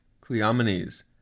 Cleomenes